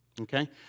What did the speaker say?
okay